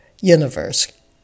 universe